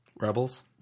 Rebels